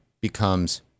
becomes